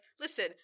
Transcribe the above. listen